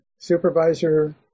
supervisor